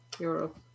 Europe